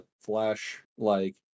Flash-like